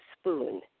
spoon